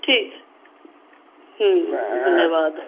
ठीक धन्यवाद